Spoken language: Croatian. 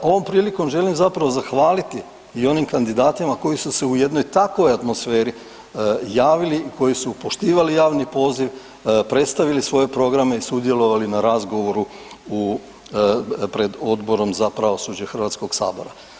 Ovom prilikom želim zapravo zahvaliti i onim kandidatima koji su se u jednoj takvoj atmosferi javili i koji su poštivali javni poziv, predstavili svoje programe i sudjelovali na razgovoru pred Odborom za pravosuđe HS-a.